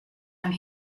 and